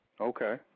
Okay